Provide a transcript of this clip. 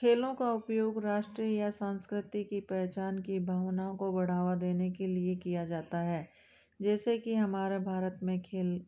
खेलों का उपयोग राष्ट्रीय या सांस्कृति की पहचान की भावनाओं को बढ़ावा देने के लिए किया जाता है जैसे कि हमारा भारत में खेल